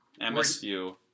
MSU